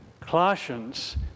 Colossians